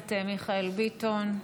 הכנסת מיכאל ביטון.